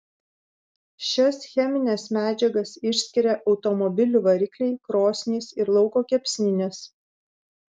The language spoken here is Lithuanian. šias chemines medžiagas išskiria automobilių varikliai krosnys ir lauko kepsninės